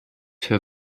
für